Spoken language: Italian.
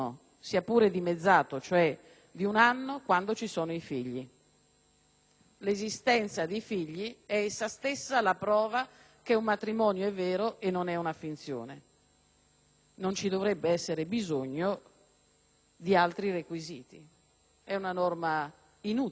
L'esistenza di figli è essa stessa la prova che un matrimonio è vero e non è una finzione. Non ci dovrebbe essere bisogno di altri requisiti; è una norma inutile, non ha altra funzione se non quella di ritardare.